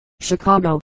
Chicago